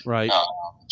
Right